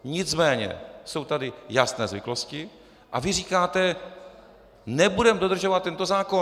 Nicméně jsou tady jasné zvyklosti a vy říkáte: nebudeme dodržovat tento zákon.